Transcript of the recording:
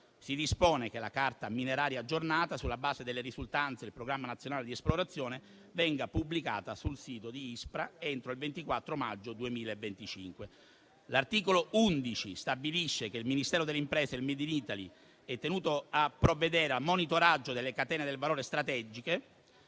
Si dispone che la carta mineraria, aggiornata sulla base delle risultanze del programma nazionale di esplorazione, venga pubblicata sul sito dell'ISPRA entro il 24 maggio 2025. L'articolo 11 stabilisce che il Ministero delle imprese e del made in Italy sia tenuto a provvedere al monitoraggio delle catene del valore strategiche,